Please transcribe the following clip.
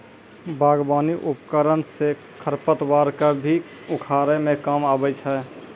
बागबानी उपकरन सँ खरपतवार क भी उखारै म काम आबै छै